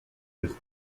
ist